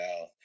out